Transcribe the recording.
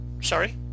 Sorry